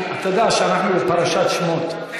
אתה יודע שאנחנו בפרשת שמות.